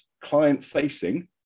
client-facing